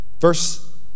verse